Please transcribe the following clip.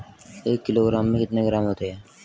एक किलोग्राम में कितने ग्राम होते हैं?